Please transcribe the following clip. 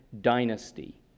dynasty